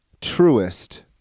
truest